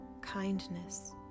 kindness